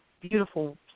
beautiful